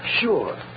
sure